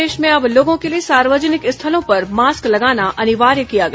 प्रदेश में अब लोगों के लिए सार्वजनिक स्थलों पर मास्क लगाना अनिवार्य किया गया